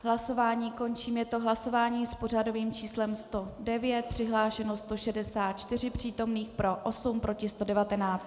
Hlasování končím, je to hlasování s pořadovým číslem 109, přihlášeno 164 přítomných, pro 8, proti 119.